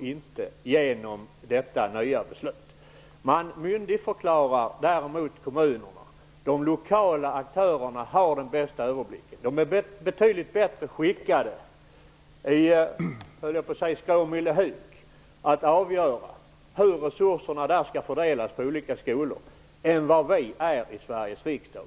inte genom detta nya beslut. Vi myndigförklarar däremot kommunerna. De lokala aktörerna har den bästa överblicken. Man är betydligt bättre skickad i Skråmyllehuk att avgöra hur resurserna där skall fördelas på olika skolor än vad vi är i Sveriges riksdag.